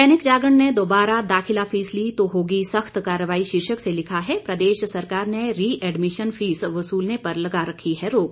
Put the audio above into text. दैनिक जागरण ने दोबारा दाखिला फीस ली तो होगी सख्त कार्रवाई शीर्षक से लिखा है प्रदेश सरकार ने रि एडमिशन फीस वसूलने पर लगा रखी है रोक